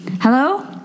Hello